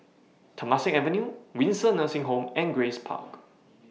Temasek Avenue Windsor Nursing Home and Grace Park